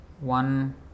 One